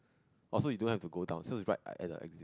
also you don't have to go down so it is like right at the